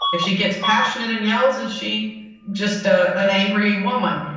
if she gets passionate and yells, is she just ah an angry woman?